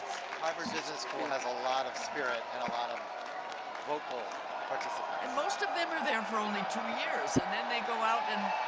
school has a lot of spirit and a lot of vocal like participants. and most of them are there for only two years. then they go out and